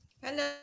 Hello